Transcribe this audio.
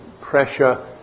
pressure